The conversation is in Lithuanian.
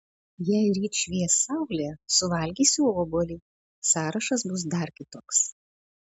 jei ryt švies saulė suvalgysiu obuolį sąrašas bus dar kitoks